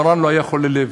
מרן לא היה חולה לב,